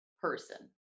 person